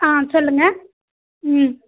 ஆ சொல்லுங்கள் ம்